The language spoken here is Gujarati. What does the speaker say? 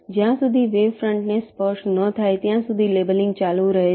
જ્યાં સુધી વેવ ફ્રંટને સ્પર્શ ન થાય ત્યાં સુધી લેબલિંગ ચાલુ રહે છે